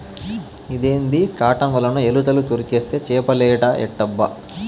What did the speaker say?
ఇదేంది కాటన్ ఒలను ఎలుకలు కొరికేస్తే చేపలేట ఎట్టబ్బా